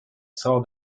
saw